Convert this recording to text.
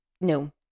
no